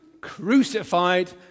crucified